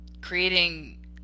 creating